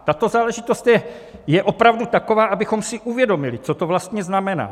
Tato záležitost je opravdu taková, abychom si uvědomili, co to vlastně znamená.